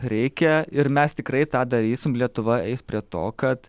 reikia ir mes tikrai tą darysim lietuva eis prie to kad